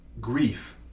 grief